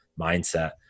mindset